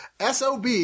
SOB